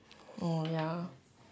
oh ya